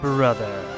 Brother